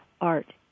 art